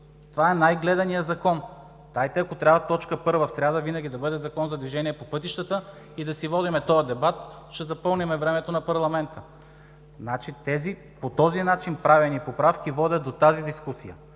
Това е най-гледаният закон. Дайте, ако трябва точка първа в сряда винаги да бъде Законът за движение по пътищата и да си водим този дебат – ще запълним времето на парламента. Поправки, правени по този начин, водят до тази дискусия.